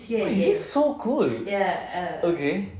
!wah! it is so cool okay